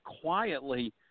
quietly